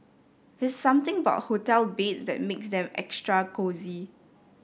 there something about hotel beds that makes them extra cosy